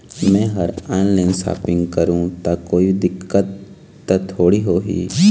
मैं हर online shopping करू ता कोई दिक्कत त थोड़ी होही?